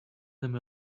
them